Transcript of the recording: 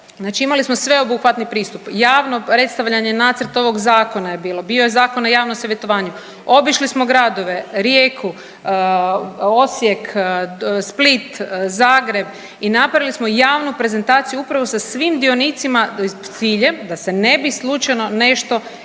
imali smo sveobuhvatni pristup, javno predstavljanje nacrta ovog zakona je bilo, bio je zakon na javnom savjetovanju, obišli smo gradove Rijeku, Osijek, Split, Zagreb i napravili smo javnu prezentaciju upravo sa svim dionicima s ciljem da se ne bi slučajno nešto ispustilo.